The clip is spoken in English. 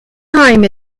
time